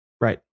right